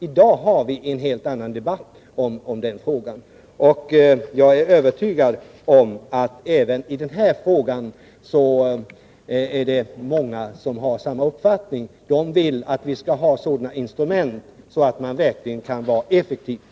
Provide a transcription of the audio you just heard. I dag har vi en helt annan debatt i den frågan, och jag är övertygad om att även i den fråga vi nu diskuterar finns det många som har samma uppfattning som jag. De vill att vi skall ha sådana instrument att man verkligen kan arbeta effektivt.